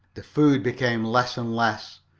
the food became less and less,